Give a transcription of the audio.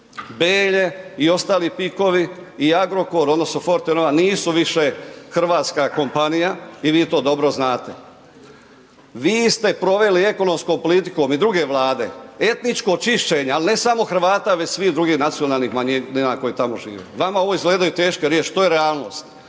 Belje i ostali PIK-ovi i Agrokor odnosno Fortenova nisu više hrvatska kompanija i vi to dobro znate. Vi ste proveli ekonomskom politikom i druge Vlade, etničko čišćenje, al ne samo Hrvata već svih drugih nacionalnih manjina koje tamo žive. Vama ovo izgledaju teške riječi, to je realnost.